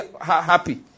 happy